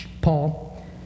Paul